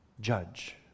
judge